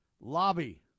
lobby